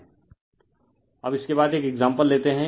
refer slide time 1224 अब इसके बाद एक एक्साम्पल लेते हैं